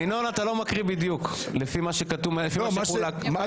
מקריא בדיוק לפי מה שחולק.